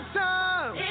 time